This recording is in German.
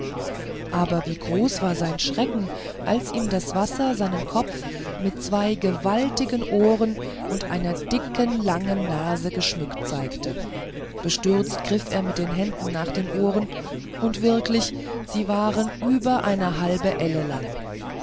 aber wie groß war sein schrecken als ihm das wasser seinen kopf mit zwei gewaltigen ohren und einer dicken langen nase geschmückt zeigte bestürzt griff er mit den händen nach den ohren und wirklich sie waren über eine halbe elle lang